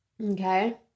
Okay